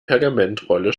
pergamentrolle